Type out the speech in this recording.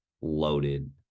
loaded